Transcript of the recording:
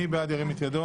מי בעד, ירים את ידו?